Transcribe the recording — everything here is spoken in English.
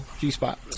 G-Spot